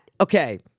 okay